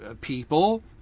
people